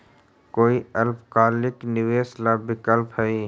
कोई अल्पकालिक निवेश ला विकल्प हई?